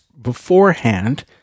beforehand